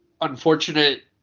unfortunate